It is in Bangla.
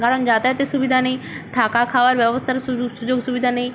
কারণ যাতায়াতের সুবিধা নেই থাকা খাওয়ার ব্যবস্থারও সুযু সুযোগ সুবিধা নেই